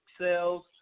sales